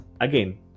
again